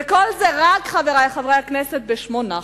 וכל זה, חברי חברי הכנסת, רק בשמונה חודשים.